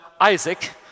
Isaac